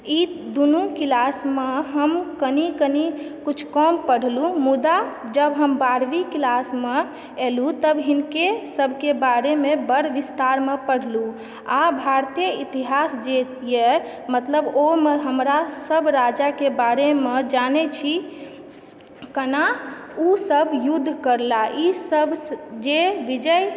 ई दुनु क्लासमे हम कनि कनि किछु कम पढ़लु मुदा जब हम बारहवीं क्लासमे एलहुँ तब हिनके सभकेँ बारेमे बड़ विस्तारमे पढ़लहुँ आ भारतीय इतिहास जेए मतलब ओहिमे हमरा सभ राजाके बारेमे जानय छी कना ओसभ युद्ध करला ईसभ जे विजयी